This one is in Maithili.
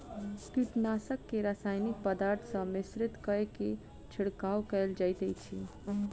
कीटनाशक के रासायनिक पदार्थ सॅ मिश्रित कय के छिड़काव कयल जाइत अछि